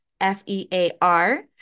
f-e-a-r